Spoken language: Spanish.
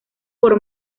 por